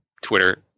Twitter